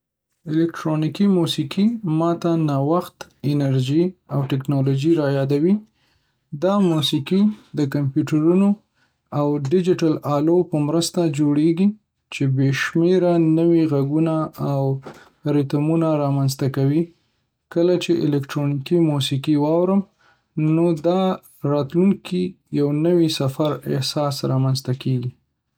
الکټرونیکي موسیقي ما ته نوښت، انرژي، او ټیکنالوژي رايادوي. دا موسیقي د کمپیوټرونو، او ډیجیټل آلو په مرسته جوړیږي، چې بې شمېره نوي غږونه او ریتمونه رامنځته کوي. کله چې الکټرونیکي موسیقي واورم، نو د راتلونکي یو سفر احساس رامنځته کېږي